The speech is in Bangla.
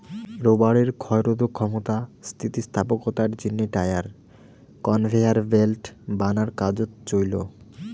রবারের ক্ষয়রোধক ক্ষমতা, স্থিতিস্থাপকতার জিনে টায়ার, কনভেয়ার ব্যাল্ট বানার কাজোত চইল